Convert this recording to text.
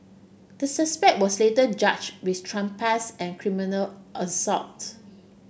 the suspect was later charged with trespass and criminal assault